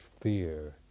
fear